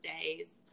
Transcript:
days